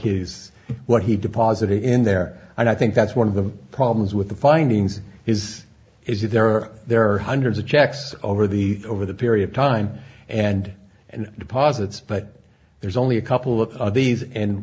his what he deposited in there and i think that's one of the problems with the findings is is that there are there are hundreds of checks over the over the period of time and and deposits but there's only a couple of these and